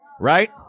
right